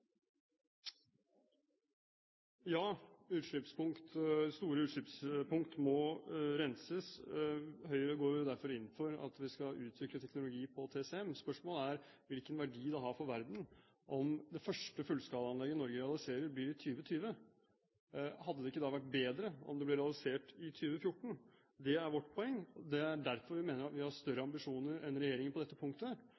Ja, store utslippspunkt må renses. Høyre går derfor inn for at vi skal utvikle teknologi på TCM. Spørsmålet er hvilken verdi det har for verden. Om det første fullskalaanlegget som Norge realiserer, blir i 2020, hadde det ikke da vært bedre om det ble realisert i 2014? Det er vårt poeng. Det er derfor vi mener at vi har større